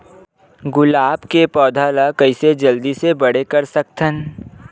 गुलाब के पौधा ल कइसे जल्दी से बड़े कर सकथन?